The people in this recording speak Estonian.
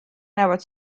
näevad